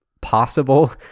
possible